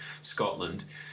Scotland